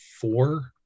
four